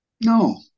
No